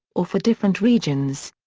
or for different regions.